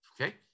okay